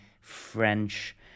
French